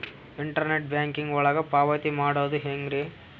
Internet banking ಒಳಗ ಪಾವತಿ ಮಾಡೋದು ಹೆಂಗ್ರಿ?